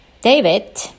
David